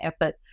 effort